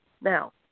now